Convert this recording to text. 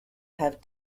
have